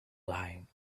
lying